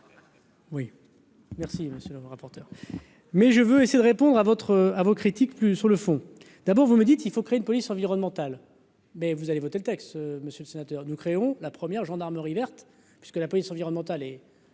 Oui, merci, monsieur le rapporteur. Mais je veux essayer de répondre à votre à vos critiques plus sur le fond d'abord, vous me dites : il faut créer une police environnementale, mais vous allez voter le texte, monsieur le sénateur, nous créons la première gendarmerie verte parce que la politique environnementale et